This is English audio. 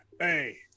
hey